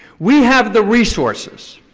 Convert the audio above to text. we have the resources,